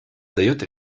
дает